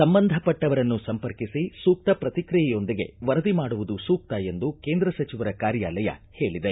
ಸಂಬಂಧಪಟ್ಟವರನ್ನು ಸಂಪರ್ಕಿಸಿ ಸೂಕ್ತ ಪ್ರಕಿಕ್ರಿಯೆಯೊಂದಿಗೆ ವರದಿ ಮಾಡುವುದು ಸೂಕ್ತ ಎಂದು ಕೇಂದ್ರ ಸಚವರ ಕಾರ್ಯಾಲಯ ಹೇಳದೆ